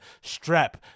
strap